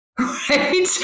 Right